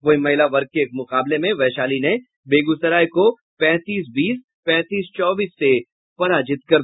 वहीं महिला वर्ग के एक मुकाबले में वैशाली ने बेगूसराय को पैंतीस बीस पैंतीस चौबीस से पराजित कर दिया